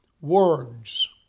words